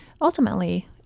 Ultimately